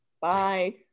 Bye